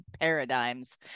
Paradigms